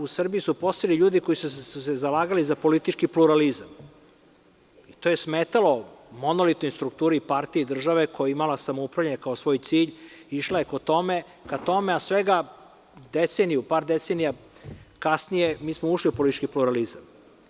U Srbiji su postojali ljudi koji su se zalagali za politički pluralizam i to je smetalo monolitnoj strukturi partiji države koja je imala samoupravljanje kao svoj cilj i išla je ka tamo, a svega deceniju kasnije mi smo ušli u politički pluralizam.